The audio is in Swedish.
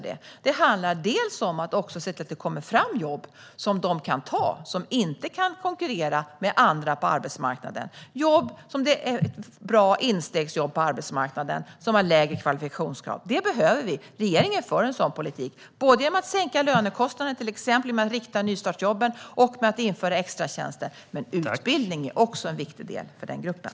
Det handlar om att få fram jobb som de arbetslösa som inte kan konkurrera med andra på arbetsmarknaden kan ta. Det behövs bra instegsjobb på arbetsmarknaden med lägre kvalifikationskrav. Regeringen för en sådan politik genom att sänka lönekostnaderna, rikta nystartsjobben och införa extratjänster. Utbildning är viktig också för den gruppen.